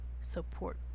support